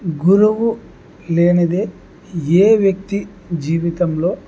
గురువు లేనిదే ఏ వ్యక్తి జీవితంలో